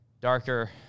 darker